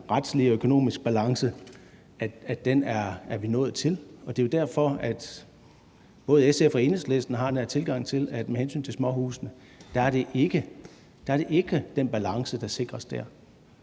retlige og økonomiske balance. Det er derfor, at både SF og Enhedslisten har den her tilgang, at det med hensyn til småhusene ikke er den balance, der sikres her,